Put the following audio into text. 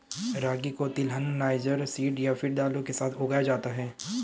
रागी को तिलहन, niger seed या फिर दालों के साथ उगाया जाता है